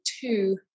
two